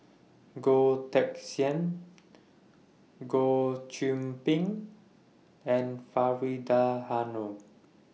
Goh Teck Sian Goh Qiu Bin and Faridah Hanum